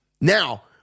now